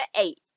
eight